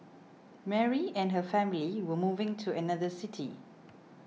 Mary and her family were moving to another city